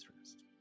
rest